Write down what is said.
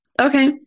Okay